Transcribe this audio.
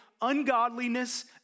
ungodliness